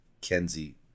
Kenzie